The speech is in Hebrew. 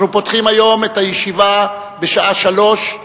אנחנו פותחים היום את הישיבה בשעה 15:00,